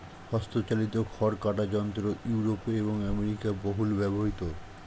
হস্তচালিত খড় কাটা যন্ত্র ইউরোপে এবং আমেরিকায় বহুল ব্যবহৃত